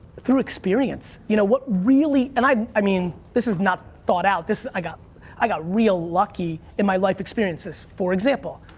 through experience. you know, what really, and i i mean, this is not thought out. i got i got real lucky in my life experiences. for example,